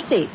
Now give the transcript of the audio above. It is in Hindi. प्रधानमंत्री